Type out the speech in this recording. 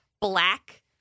black